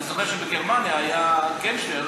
אני זוכר שבגרמניה היה גנשר,